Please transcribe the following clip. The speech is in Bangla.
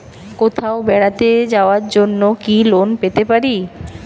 কোথাও বেড়াতে যাওয়ার জন্য কি লোন পেতে পারি?